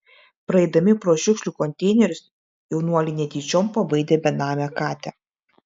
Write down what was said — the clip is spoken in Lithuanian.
praeidami pro šiukšlių konteinerius jaunuoliai netyčiom pabaidė benamę katę